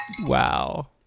Wow